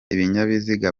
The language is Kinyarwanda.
ibinyabiziga